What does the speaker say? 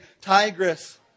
Tigris